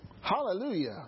Hallelujah